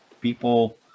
people